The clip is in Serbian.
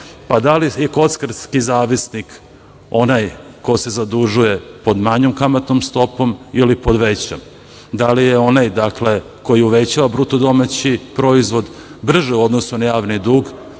pa da je kockarski zavisnik onaj ko se zadužuje pod manjom kamatnom stopom ili pod većom, da li je onaj koji je uvećao BDP, brži u odnosu na javni dug,